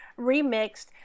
remixed